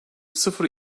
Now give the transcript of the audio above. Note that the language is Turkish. sıfır